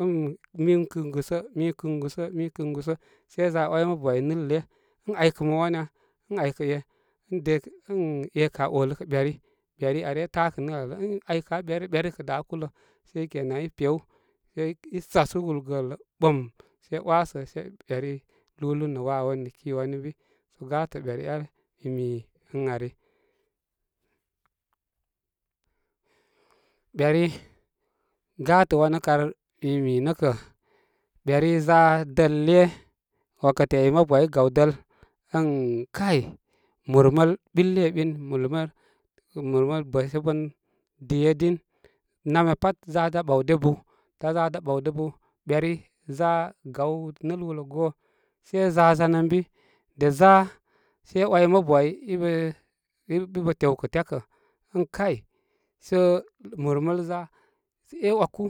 ən mi kiplusn gusə, mi kiplusn gūsə, mi kiplusn gūsə sei za wai mabu ay niplusl le ən aykə mo wan ya ən aykə be, ən ekə aa alə kə beri beri aa taakə niplus alə ən aykə aa beri rə beri kə da kūlə se kena i pew i sasu wul gol lə, bum sə wasə sə beri lūlūn nə wawani nə ki wani ən bi sə gə beri ar mi mi ən ari beri gatə wanə kar mi mi nə' kə' beri za dəl le wakati ai mabu ai i gaw dəl ən kay murməl bile bin murmə murməl bəsebən dū ye dūn namya pat za da boaw də bu da za da baw də bu beri za gaw niplusl wul lə go sai azan ənbi za sai wai mabu ai i bə i bə tewkə tyakə' ən kay, sə murməl za in 'waku.